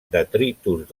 detritus